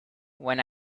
when